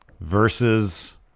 versus